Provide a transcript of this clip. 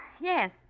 Yes